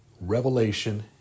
revelation